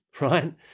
Right